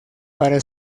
para